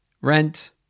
Rent